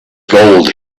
gold